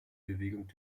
bewegung